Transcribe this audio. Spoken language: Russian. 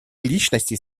личностей